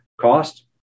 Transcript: cost